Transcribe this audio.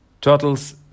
Turtles